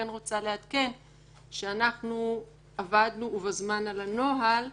רוצה לעדכן שאנחנו עבדנו ובזמן על הנוהל.